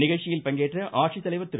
நிகழ்ச்சியில் பங்கேற்ற ஆட்சித் தலைவர் திரு